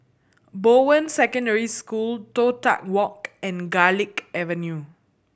Bowen Secondary School Toh Tuck Walk and Garlick Avenue